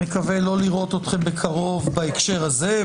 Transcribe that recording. מקווה לא לראות אתכם בקרוב בהקשר הזה.